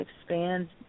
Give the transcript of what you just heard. expands